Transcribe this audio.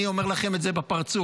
אני אומר לכם את זה בפרצוף,